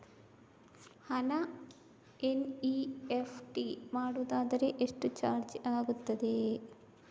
ಹಣ ಎನ್.ಇ.ಎಫ್.ಟಿ ಮಾಡುವುದಾದರೆ ಎಷ್ಟು ಚಾರ್ಜ್ ಆಗುತ್ತದೆ?